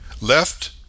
left